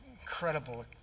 incredible